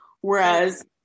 whereas